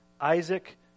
Isaac